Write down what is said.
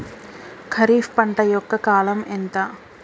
ఖరీఫ్ పంట యొక్క కాలం ఎంత?